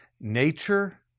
Nature